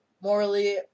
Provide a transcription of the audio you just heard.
morally